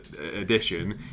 edition